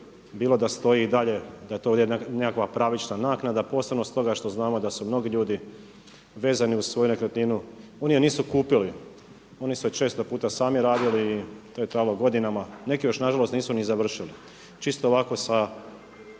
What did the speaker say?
bilo da stoji i dalje da je to ovdje nekakva pravična naknada posebno stoga što znamo da su mnogi ljudi vezani uz svoju nekretninu. Oni je nisu kupili. Oni su je često puta sami radili i to je trajalo godinama. Neki još na žalost nisu ni završili čisto ovako sa